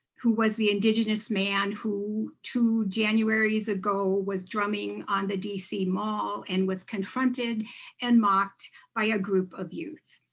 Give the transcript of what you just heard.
who was the indigenous man who two januaries ago was drumming on the dc mall and was confronted and mocked by a group of youth.